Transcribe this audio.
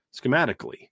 schematically